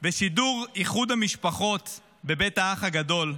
ושידור איחוד משפחות בבית האח הגדול,